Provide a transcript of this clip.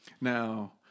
Now